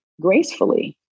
gracefully